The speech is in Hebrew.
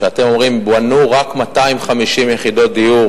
כשאתם אומרים "בנו רק 250 יחידות דיור